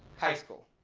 high school.